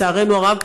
לצערנו הרב,